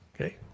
Okay